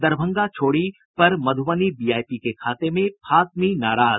दरभंगा छोड़ी पर मधुबनी वीआईपी के खाते में फातमी नाराज